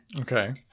Okay